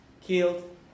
killed